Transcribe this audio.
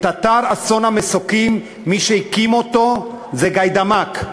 אתר אסון המסוקים, מי שהקים אותו זה גאידמק.